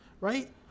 right